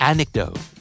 Anecdote